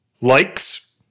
Likes